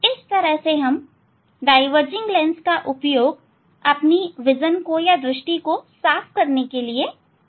इस तरह हम डाईवर्जिंग लेंस का उपयोग दृष्टि को साफ करने के लिए करते हैं